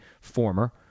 former